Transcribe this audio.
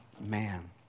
man